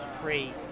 pre